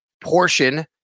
portion